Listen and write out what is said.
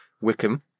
Wickham